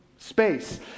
Space